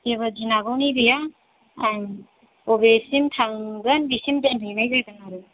जेबो गिनांगौनि गैया आं अबेसिम थांगोन बेसिम दोनहैनाय जागोन आरो